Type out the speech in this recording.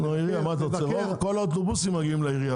נו מה אתה רוצה, כל האוטובוסים מגיעים לעירייה.